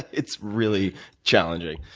it's really challenging.